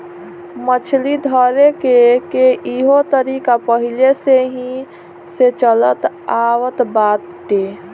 मछली धरेके के इहो तरीका पहिलेही से चलल आवत बाटे